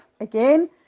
again